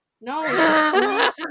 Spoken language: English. No